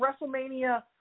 Wrestlemania